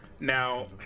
Now